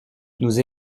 nous